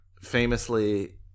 Famously